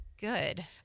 good